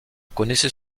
connaissait